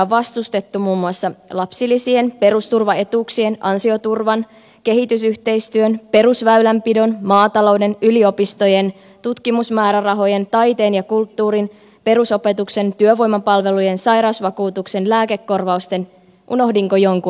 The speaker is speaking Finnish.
on vastustettu muun muassa lapsilisien perusturvaetuuksien ansioturvan kehitysyhteistyön perusväylänpidon maatalouden yliopistojen tutkimusmäärärahojen taiteen ja kulttuurin perusopetuksen työvoimapalvelujen sairausvakuutuksen lääkekorvausten unohdinko jonkun